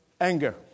anger